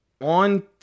on